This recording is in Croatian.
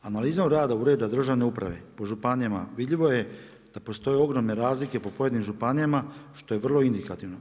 Analiza rada Ureda državne uprave po županijama vidljivo je da postoje ogromne razlike po pojedinim županijama što je vrlo indikativno.